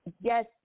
yes